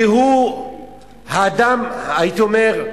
כי הוא האדם, הייתי אומר,